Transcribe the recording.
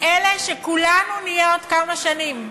אלה שכולנו נהיה עוד כמה שנים,